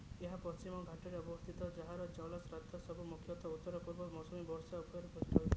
ଏହା ପଶ୍ଚିମ ଘାଟରେ ଅବସ୍ଥିତ ଯାହାର ଜଳ ସ୍ରୋତ ସବୁ ମୁଖ୍ୟତଃ ଉତ୍ତର ପୂର୍ବ ମୌସୁମୀ ବର୍ଷା ସମୟରେ ପୁଷ୍ଟ ହୋଇଥାଏ